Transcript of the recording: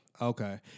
Okay